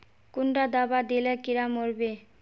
कुंडा दाबा दिले कीड़ा मोर बे?